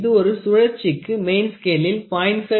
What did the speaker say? இது ஒரு சுழற்சிக்கு மெயின் ஸ்கேளில் 0